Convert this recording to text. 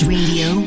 Radio